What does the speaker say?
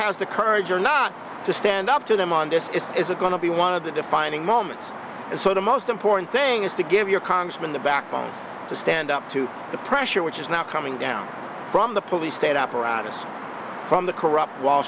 has the courage or not to stand up to them on this is it going to be one of the defining moments and so the most important thing is to give your congressman the backbone to stand up to the pressure which is now coming down from the police state apparatus from the corrupt wall